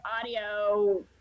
audio